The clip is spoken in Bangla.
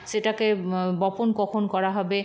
সেটাকে বপন কখন করা হবে